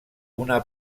una